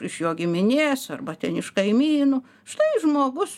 iš jo giminės arba ten iš kaimynų štai žmogus